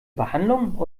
behandlung